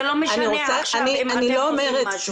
זה לא משנה עכשיו אם אתם עושים משהו.